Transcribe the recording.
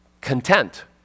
content